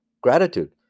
Gratitude